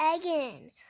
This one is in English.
again